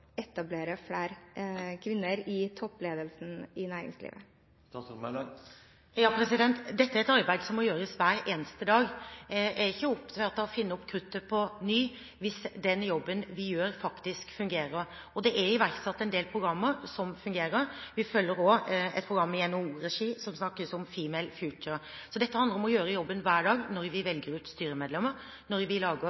etablere flere kvinner i toppledelsen i næringslivet? Dette er et arbeid som må gjøres hver eneste dag. Jeg er ikke opptatt av å finne opp kruttet på nytt hvis den jobben vi gjør, faktisk fungerer. Det er iverksatt endel programmer som fungerer, og vi følger òg et program i NHO-regi – Female Future. Dette handler om å gjøre jobben hver dag: når